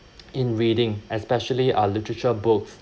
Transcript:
in reading especially uh literature books